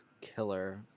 killer